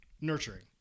nurturing